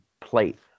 plate